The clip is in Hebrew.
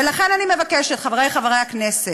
לכן אני מבקשת, חברי חברי הכנסת,